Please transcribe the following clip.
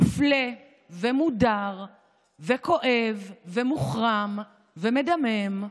מופלה ומודר וכואב ומוחרם ומדמם,